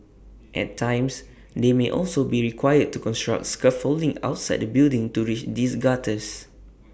at times they may also be required to construct scaffolding outside the building to reach these gutters